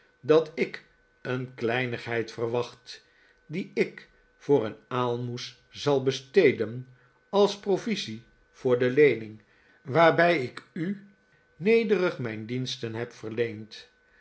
dat ik een kleinigheid verwacht die ik voor een aalmoes zal besteden als provisie voor de leening waarbij ik u nederig mijn diensten heb